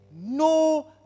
No